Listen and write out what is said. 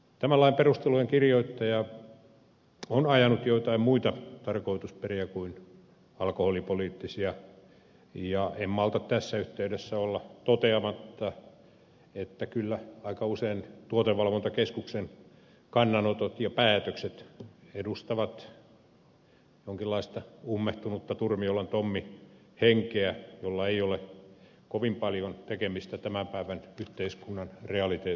tämän lain perustelujen kirjoittaja on ajanut joitain muita tarkoitusperiä kuin alkoholipoliittisia ja en malta tässä yhteydessä olla toteamatta että kyllä aika usein tuotevalvontakeskuksen kannanotot ja päätökset edustavat jonkinlaista ummehtunutta turmiolan tommi henkeä jolla ei ole kovin paljon tekemistä tämän päivän yhteiskunnan realiteettien kanssa